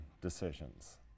decisions